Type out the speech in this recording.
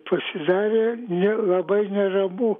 pasidarė ne labai neramu